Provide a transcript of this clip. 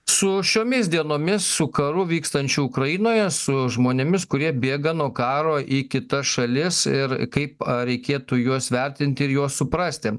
su šiomis dienomis su karu vykstančiu ukrainoje su žmonėmis kurie bėga nuo karo į kitas šalis ir kaip reikėtų juos vertinti ir juos suprasti